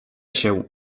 się